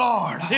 Lord